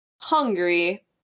hungry